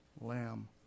Lamb